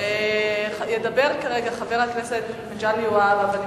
ידבר כרגע חבר הכנסת מגלי והבה.